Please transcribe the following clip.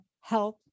health